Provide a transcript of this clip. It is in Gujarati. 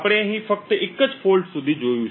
આપણે અહીં ફક્ત એક જ દોષ સુધી જોયું છે